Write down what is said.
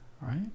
Right